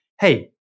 hey